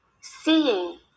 seeing